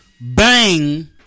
bang